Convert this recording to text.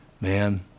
man